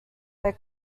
their